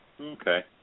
okay